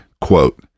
quote